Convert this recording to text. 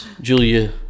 Julia